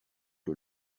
que